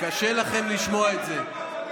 קשה לכם לשמוע את זה.